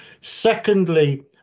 Secondly